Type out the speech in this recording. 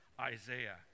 Isaiah